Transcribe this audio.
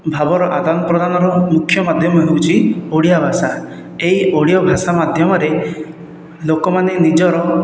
ଭାବର ଆଦାନ ପ୍ରଦାନର ମୁଖ୍ୟ ମାଧ୍ୟମ ହେଉଛି ଓଡ଼ିଆ ଭାଷା ଏହି ଓଡ଼ିଆ ଭାଷା ମାଧ୍ୟମରେ ଲୋକମାନେ ନିଜର